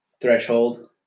Threshold